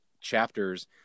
chapters